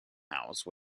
house